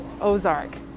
Ozark